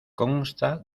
consta